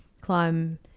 climb